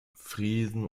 friesen